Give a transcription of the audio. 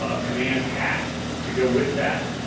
ah command hat to go with that.